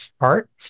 art